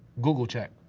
google check.